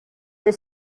the